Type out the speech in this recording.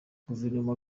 guverinoma